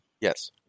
Yes